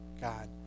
God